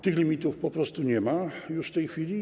Tych limitów po prostu nie ma już w tej chwili.